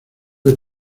que